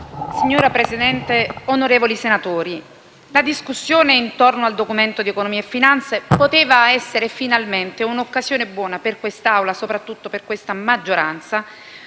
Signor Presidente, onorevoli senatori, la discussione intorno al Documento di economia e finanza poteva essere finalmente un'occasione buona per quest'Assemblea, e soprattutto per questa maggioranza,